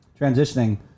Transitioning